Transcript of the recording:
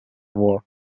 war